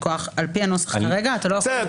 מכוח --- בסדר,